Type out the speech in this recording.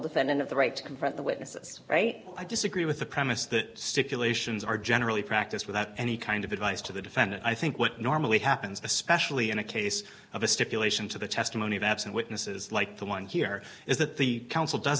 defendant of the right to confront the witnesses i disagree with the premise that stipulations are generally practice without any kind of advice to the defendant i think what normally happens especially in a case of a stipulation to the testimony of absent witnesses like the one here is that the council does